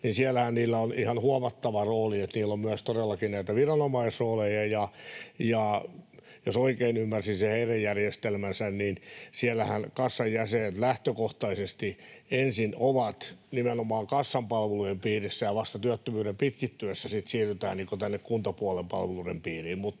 kävi myös — on ihan huomattava rooli, eli niillä on myös todellakin näitä viranomaisrooleja. Jos oikein ymmärsin sen heidän järjestelmänsä, niin siellähän kassan jäsenet lähtökohtaisesti ensin ovat nimenomaan kassan palvelujen piirissä ja vasta työttömyyden pitkittyessä sitten siirrytään kuntapuolen palveluiden piiriin.